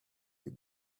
you